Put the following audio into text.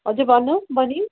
हजुर भन्नुहोस् बहिनी